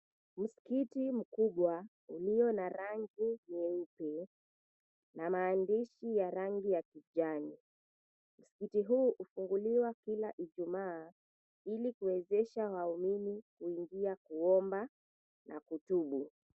Musikiti mkubwa ulio na rangi nyeupe na maandishi ya rangi ya kijani, msikiti huu hufunguliwa kila ijumaaa ili kuwezesha waumini kuomba na kutubu.